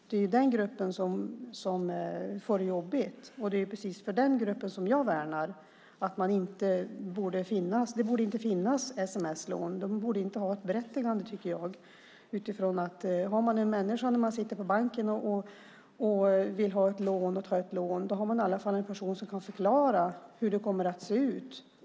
Det är den gruppen som får det jobbigt, och det är den gruppen jag värnar. Det borde inte finnas sms-lån; de borde inte ha något berättigande. Sitter man framför en människa på banken när man vill ha ett lån har man i alla fall en person som kan förklara hur det kommer att se ut.